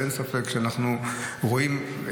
אין ספק שאנחנו רואים.